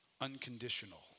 Unconditional